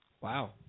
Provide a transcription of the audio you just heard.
Wow